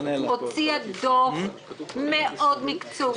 הוציאה דוח מאד מקצועי,